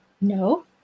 no